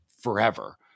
forever